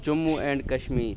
Jammu and Kashmir